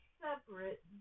separate